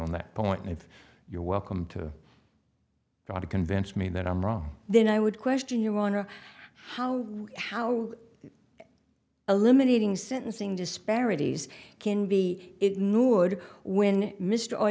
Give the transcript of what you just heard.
on that point and if you're welcome to try to convince me that i'm wrong then i would question your honor how how eliminating sentencing disparities can be ignored when mr